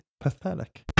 pathetic